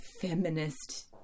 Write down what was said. feminist